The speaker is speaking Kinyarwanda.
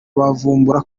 bavumbura